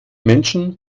menschen